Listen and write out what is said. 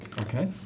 Okay